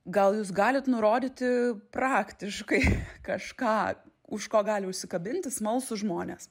gal jūs galit nurodyti praktiškai kažką už ko gali užsikabinti smalsūs žmonės